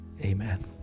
Amen